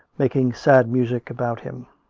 making sad music about him.